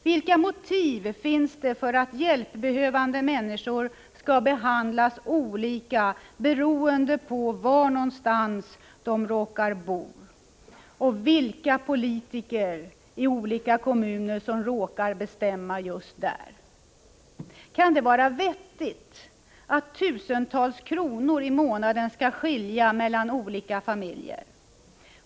Vilka motiv finns det för att hjälpbehövande människor skall behandlas olika beroende på var någonstans de råkar bo och vilka politiker som råkar bestämma i kommunen? Kan det vara vettigt att tusentals kronor i månaden skall skilja mellan olika familjer?